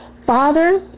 Father